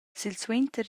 silsuenter